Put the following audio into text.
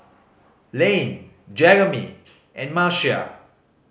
Lane Jeremy and Marcia